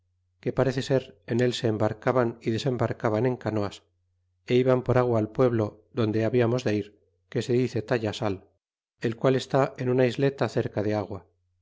que parece ser en él se embarcaban y desembarcaban en canoas é iban por agua al pueblo donde habiamos de ir que se dice tayasal el cual esta en una isleta cerca de agua